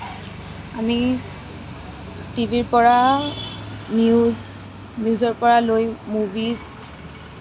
আমি টিভিৰ পৰা নিউজ নিউজৰ পৰা লৈ মুভিছ